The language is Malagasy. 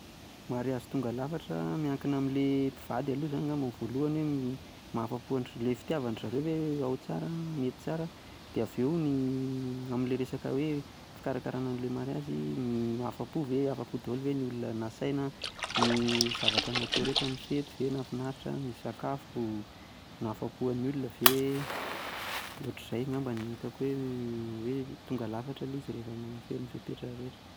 Mariazy tonga lafatra miankina amin'ilay mpivady aloha izany angamba no voalohany hoe mahafapo anzareo ve, hoe le fitiavandry zareo ve ao tsara, mety tsara, dia avy eo ao amin'ilay resaka hoe fikarakarana an'ilay mariazy, mahafapo ve? Afapo daholo ve ny olona rehetra nasaina? Ny zavatra natao rehetra, ny fety ve nahafinaritra? Ny sakafo, nahafapo an'ilay olona ve? Otran'izay angamba no hitako hoe tonga lafatra ilay izy mahafeno ny fepetra rehetra.